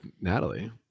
Natalie